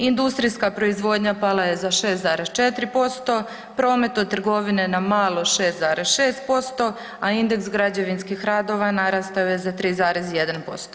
Industrijska proizvodnja pala je za 6,4%, promet od trgovine na malo 6,6%, a indeks građevinskih radova narastao je za 3,1%